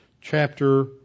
chapter